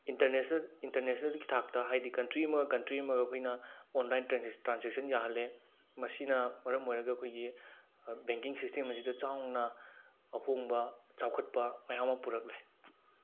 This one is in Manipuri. ꯏꯟꯇ꯭ꯔꯅꯦꯁꯅꯦꯜꯒꯤ ꯊꯥꯛꯇ ꯍꯥꯏꯗꯤ ꯀꯟꯇ꯭ꯔꯤ ꯑꯃꯒ ꯀꯟꯇ꯭ꯔꯤ ꯑꯃꯒ ꯑꯩꯈꯣꯏꯅ ꯑꯣꯟꯂꯥꯏꯟ ꯇ꯭ꯔꯥꯟꯖꯦꯛꯁꯟ ꯌꯥꯍꯜꯂꯦ ꯃꯁꯤꯅ ꯃꯔꯝ ꯑꯣꯏꯔꯒ ꯑꯩꯈꯣꯏꯒꯤ ꯕꯦꯡꯀꯤꯡ ꯁꯤꯁꯇꯦꯝ ꯑꯁꯤꯗ ꯆꯥꯎꯅ ꯑꯍꯣꯡꯕ ꯆꯥꯎꯈꯠꯄ ꯃꯌꯥꯝ ꯑꯃ ꯄꯨꯔꯛꯂꯦ